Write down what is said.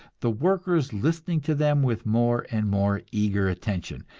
the workers listening to them with more and more eager attention,